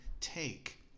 take